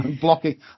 blocking